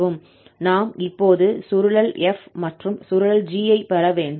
நாம் இப்போது சுருளல் f மற்றும் சுருளல் g ஐ பெற வேண்டும்